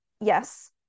yes